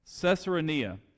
Caesarea